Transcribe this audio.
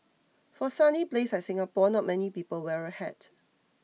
for a sunny place like Singapore not many people wear a hat